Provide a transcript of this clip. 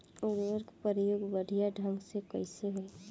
उर्वरक क प्रयोग बढ़िया ढंग से कईसे होई?